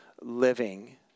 living